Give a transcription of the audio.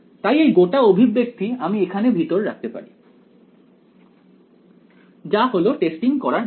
তাই এই গোটা অভিব্যক্তি আমি এখানে ভিতরে রাখতে পারি যা হলো টেস্টিং করার মানে